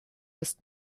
ist